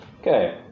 okay